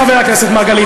חבר הכנסת מרגלית,